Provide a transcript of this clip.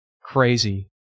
Crazy